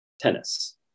tennis